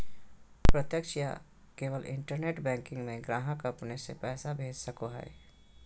प्रत्यक्ष या केवल इंटरनेट बैंकिंग में ग्राहक अपने से पैसा भेज सको हइ